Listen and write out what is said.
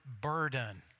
burden